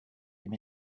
him